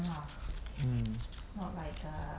mm